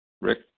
Rick